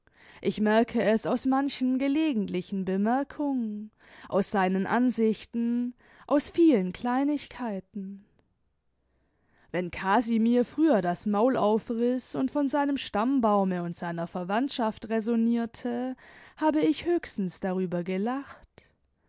ich merke es aus manchen gelegentlichen bemerkungen aus seinen ansichten aus vielen kleinigkeiten wenn casimir früher das mau aufriß und von seinem stammbaume und seiner verwandtschaft räsonierte habe ich höchstens darüber gelacht